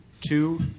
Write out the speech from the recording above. two